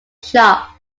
shop